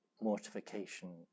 mortification